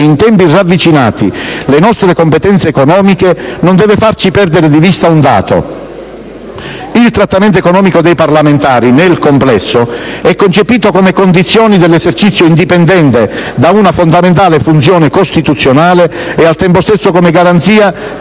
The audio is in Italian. in tempi ravvicinati le nostre competenze economiche non deve farci perdere di vista un dato: il trattamento economico dei parlamentari, nel complesso, è concepito come condizione dell'esercizio indipendente di una fondamentale funzione costituzionale e, al tempo stesso, come garanzia